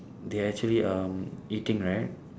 they actually um eating right